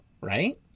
Right